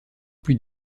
plus